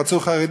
הם רצו חרדים,